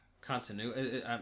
continuity